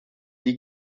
die